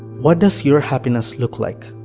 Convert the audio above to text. what does your happiness look like?